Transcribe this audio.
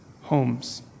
homes